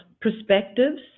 perspectives